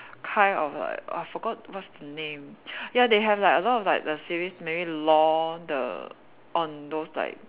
kind of like I forgot what's the name ya they have like a lot of like the series maybe law the on those like